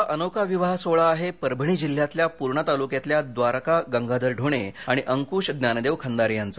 हा अनोखा विवाह सोहळा आहे परभणी जिल्ह्यातल्या पूर्णा तालुक्यातल्या द्वारका गंगाधर ढोणे आणि अंक्श ज्ञानदेव खंदारे यांचा